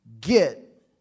get